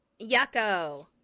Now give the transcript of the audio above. Yucko